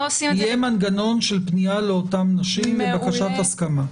יהיה מנגנון של פנייה לאותן נשים בבקשת הסכמה.